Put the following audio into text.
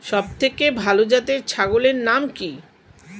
সবথেকে ভালো জাতের ছাগলের নাম কি?